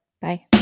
Bye